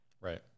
Right